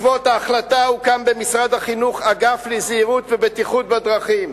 בעקבות ההחלטה הוקם במשרד החינוך אגף לזהירות ובטיחות בדרכים.